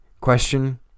question